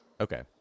okay